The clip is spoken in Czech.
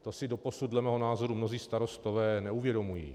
To si doposud dle mého názoru mnozí starostové neuvědomují.